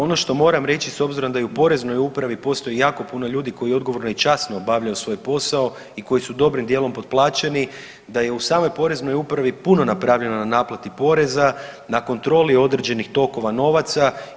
Ono što moram reći s obzirom da i u Poreznoj upravi postoji jako puno ljudi koji odgovorno i časno obavljaju svoj posao i koji su dobrim dijelom potplaćeni, da je u samoj Poreznoj upravi puno napravljeno na naplati poreza, na kontroli određenih tokova novaca.